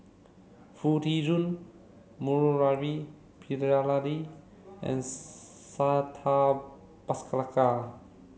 Foo Tee Jun Murali Pillai and Santha Bhaskar